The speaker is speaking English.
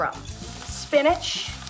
spinach